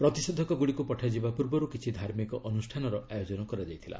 ପ୍ରତିଷେଧକ ଗୁଡ଼ିକୁ ପଠାଯିବା ପୂର୍ବରୁ କିଛି ଧାର୍ମିକ ଅନୁଷ୍ଠାନର ଆୟୋଜନ କରାଯାଇଥିଲା